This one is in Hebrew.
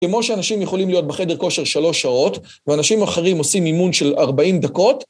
כמו שאנשים יכולים להיות בחדר כושר שלוש שעות, ואנשים אחרים עושים אימון של ארבעים דקות.